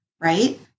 right